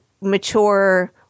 mature